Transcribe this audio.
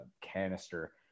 canister